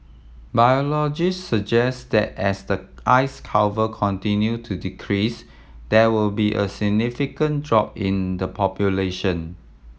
biologists suggest that as the ice cover continue to decrease there will be a significant drop in the population